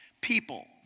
people